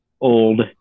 old